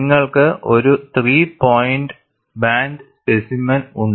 നിങ്ങൾക്ക് ഒരു 3 point bend specimen ഉണ്ട്